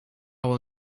will